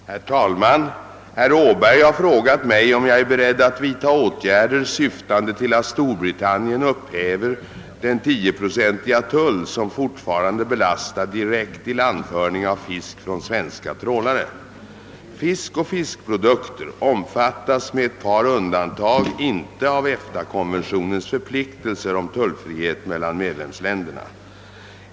Herr talman! Herr Åberg har frågat mig, om jag är beredd att vidtaga åtgärder syftande till att Storbritannien upphäver den 10-pröcentiga tull, som fortfarande belastar direkt ilandföring av fisk från svenska trålare. Fisk och fiskprodukter omfattas med ett par undantag inte av EFTA-konventionens förpliktelser om tullfrihet mellan medlemsländerna.